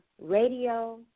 radio